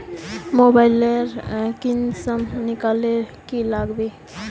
Mobile लेर किसम निकलाले की लागबे?